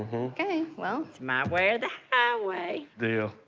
okay, well. it's my way or the highway. deal.